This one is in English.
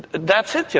that's it, yeah